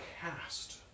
cast